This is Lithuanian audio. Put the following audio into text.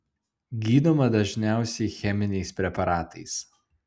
gydoma dažniausiai cheminiais preparatais